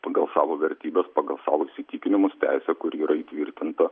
pagal savo vertybes pagal savo įsitikinimus teisę kuri yra įtvirtinta